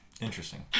Interesting